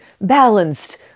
balanced